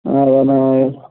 நான்